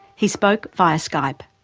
he spoke via skype.